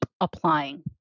applying